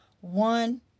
One